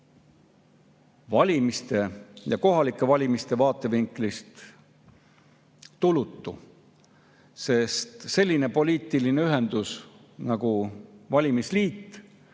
valimiste ja kohalike valimiste vaatevinklist tulutu, sest selline poliitiline ühendus nagu valimisliit